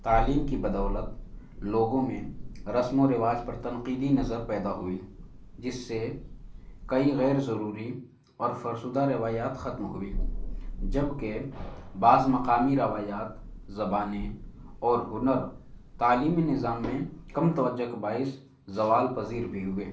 تعلیم کی بدولت لوگوں میں رسم و رواج پر تنقیدی نظر پیدا ہوئی جس سے کئی غیر ضروری اور فرسودہ روایات ختم ہوئی جبکہ بعض مقامی روایات زبانیں اور ہنر تعلیمی نظام میں کم توجہ باعث زوال پذیر بھی ہوئے